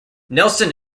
nelson